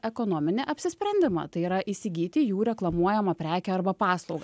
ekonominį apsisprendimą tai yra įsigyti jų reklamuojamą prekę arba paslaugą